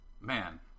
man